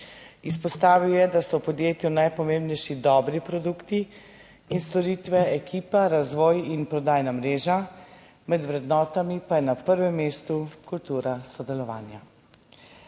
Izpostavil je, da so v podjetju najpomembnejši dobri produkti in storitve, ekipa, razvoj in prodajna mreža, med vrednotami pa je na prvem mestu kultura sodelovanja.